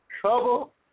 Trouble